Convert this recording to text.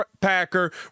Packer